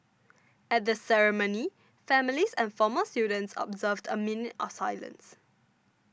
at the ceremony families and former students observed a minute of silence